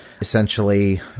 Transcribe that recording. essentially